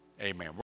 amen